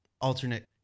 alternate